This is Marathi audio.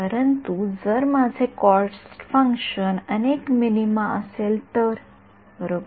परंतु जर माझे कॉस्ट फंक्शन अनेक मिनिमा असेल तर बरोबर